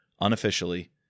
unofficially